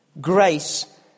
grace